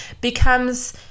becomes